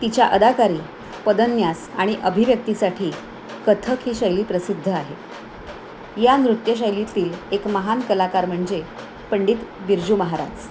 तिच्या अदाकारी पदन्यास आणि अभिव्यक्तीसाठी कथक ही शैली प्रसिद्ध आहे या नृत्यशैलीतील एक महान कलाकार म्हणजे पंडित बिर्जू महाराज